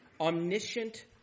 omniscient